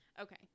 Okay